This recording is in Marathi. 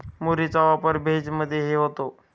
मुरीचा वापर भेज मधेही होतो